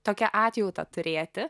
tokią atjautą turėti